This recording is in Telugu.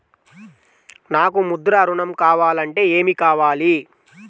నాకు ముద్ర ఋణం కావాలంటే ఏమి కావాలి?